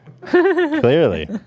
Clearly